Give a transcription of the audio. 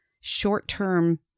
short-term